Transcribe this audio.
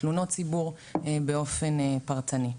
בתלונות ציבור באופן פרטני.